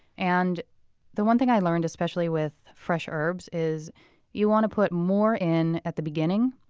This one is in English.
and the one thing i learned, especially with fresh herbs, is you want to put more in at the beginning,